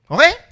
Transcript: Okay